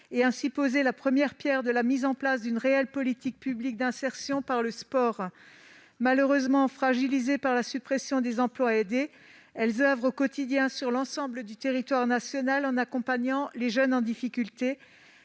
et ainsi poser la première pierre de la mise en place d'une réelle politique publique d'insertion par le sport. Malheureusement fragilisées par la suppression des emplois aidés, les associations sportives oeuvrent au quotidien sur l'ensemble du territoire national en accompagnant les jeunes en difficulté.